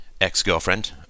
Ex-girlfriend